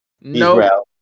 no